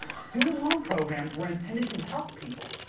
student loan programs were intended to help people,